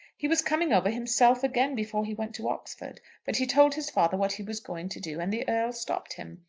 he was coming over himself again before he went to oxford but he told his father what he was going to do, and the earl stopped him.